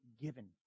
given